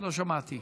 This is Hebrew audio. לא שמעתי.